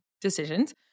decisions